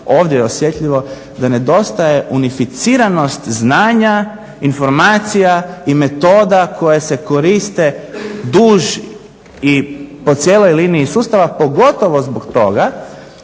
ovdje osjetljivo da nedostaje unificiranost znanja, informacija i metoda koje se koriste duž i po cijeloj liniji sustava pogotovo zbog toga